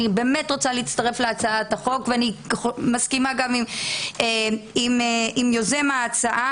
אני באמת רוצה להצטרף להצעת החוק ואני מסכימה גם עם יוזם ההצעה